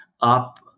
up